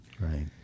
Right